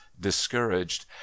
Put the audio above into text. discouraged